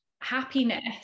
happiness